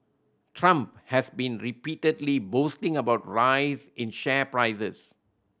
trump has been repeatedly boasting about rise in share prices